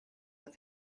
with